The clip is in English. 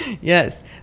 Yes